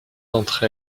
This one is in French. d’entre